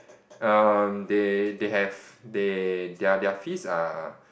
um they they have they their their fees are